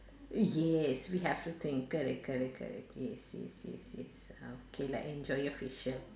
yes we have to think correct correct correct yes yes yes yes ah okay lah enjoy your facial